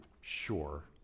sure